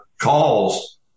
calls